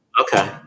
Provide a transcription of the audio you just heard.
Okay